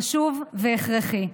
חשוב והכרחי.